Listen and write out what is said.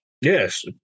yes